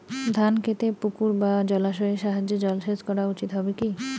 ধান খেতে পুকুর বা জলাশয়ের সাহায্যে জলসেচ করা উচিৎ হবে কি?